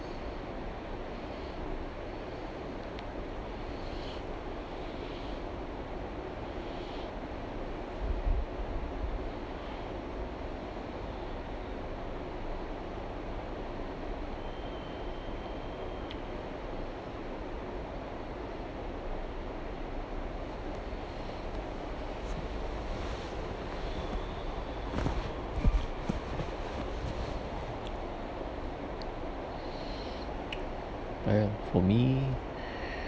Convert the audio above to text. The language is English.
yeah for me